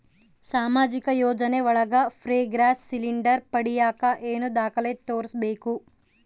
ಸಾಮಾಜಿಕ ಯೋಜನೆ ಒಳಗ ಫ್ರೇ ಗ್ಯಾಸ್ ಸಿಲಿಂಡರ್ ಪಡಿಯಾಕ ಏನು ದಾಖಲೆ ತೋರಿಸ್ಬೇಕು?